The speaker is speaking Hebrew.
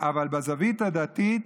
אבל בזווית הדתית,